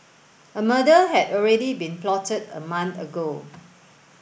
a murder had already been plotted a month ago